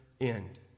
end